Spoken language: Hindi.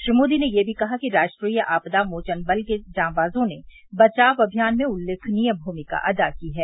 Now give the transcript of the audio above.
श्री मोदी ने यह भी कहा कि राष्ट्रीय आपदा मोचन बल के जांबाजों ने बचाव अभियान में उल्लेखनीय भूमिका अदा की है